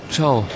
Ciao